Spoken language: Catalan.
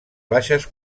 baixes